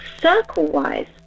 circle-wise